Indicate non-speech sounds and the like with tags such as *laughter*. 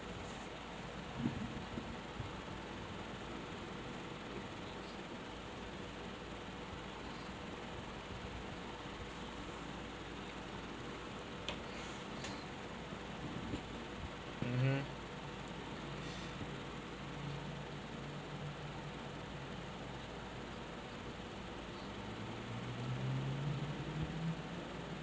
*breath* mmhmm *breath*